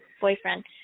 boyfriend